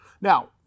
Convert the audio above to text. Now